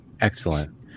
Excellent